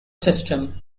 system